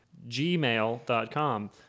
gmail.com